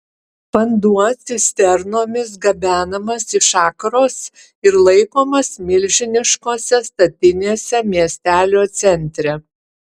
vanduo cisternomis gabenamas iš akros ir laikomas milžiniškose statinėse miestelio centre